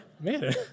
man